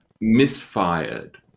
misfired